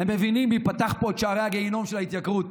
הם מבינים מי פתח פה את שערי הגיהינום של התייקרות,